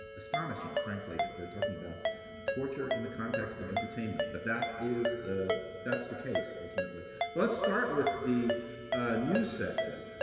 astonishing, frankly, that we're talking about torture in the context of entertainment. but that is that's the case ultimately. well let's start with the news sector.